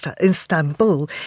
Istanbul